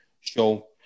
show